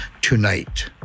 tonight